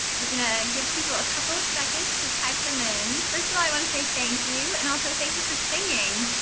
we're going to give people a couple of seconds to type the um in. first of all, i want to say thank you, and also thank you for singing.